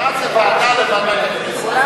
מי מהמציעים רוצים, תמר, זה לא משנה, בעד זה ועדה.